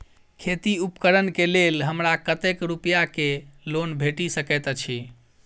खेती उपकरण केँ लेल हमरा कतेक रूपया केँ लोन भेटि सकैत अछि?